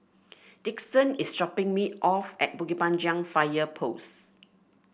Dixon is dropping me off at Bukit Panjang Fire Post